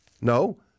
No